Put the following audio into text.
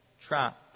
trap